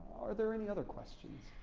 are there any other questions?